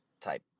Type